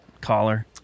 collar